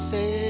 Say